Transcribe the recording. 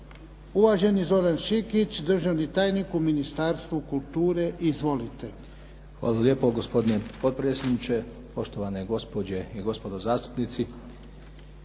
Uvaženi Zoran Šikić, državni tajnik u Ministarstvu kulture. Izvolite. **Šikić, Zoran** Hvala lijepo gospodine potpredsjedniče, poštovane gospođe i gospodo zastupnici.